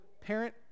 parent